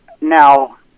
Now